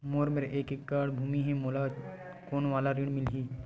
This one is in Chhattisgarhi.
मोर मेर एक एकड़ भुमि हे मोला कोन वाला ऋण मिलही?